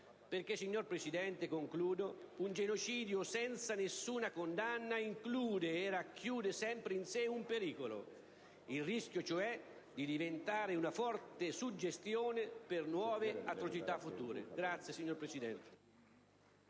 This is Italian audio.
Perché, signor Presidente, un genocidio senza nessuna condanna include e racchiude sempre in sé un grande pericolo: il rischio cioè di diventare una forte suggestione per nuove atrocità future.